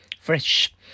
Fresh